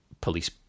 police